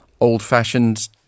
old-fashioned